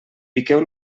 piqueu